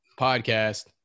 Podcast